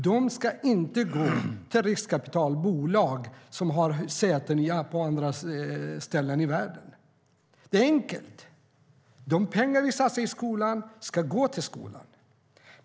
Pengarna ska inte gå till riskkapitalbolag med säten i andra delar av världen. Det är enkelt. De pengar som satsas på skolan ska gå till skolan.